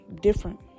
different